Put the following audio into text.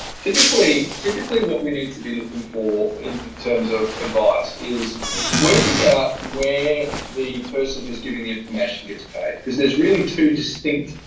typically? typically what we need to be looking for in terms of advice is working out where the person who's giving the information gets paid. cause there's really two distinct.